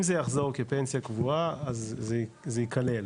אם זה יחזור כפנסיה קבועה אז זה ייכלל,